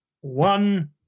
One